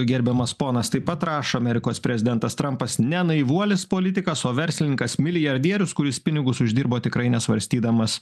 gerbiamas ponas taip pat rašo amerikos prezidentas trampas ne naivuolis politikas o verslininkas milijardierius kuris pinigus uždirbo tikrai nesvarstydamas